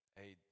hey